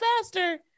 faster